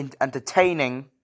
entertaining